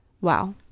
Wow